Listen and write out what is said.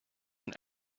and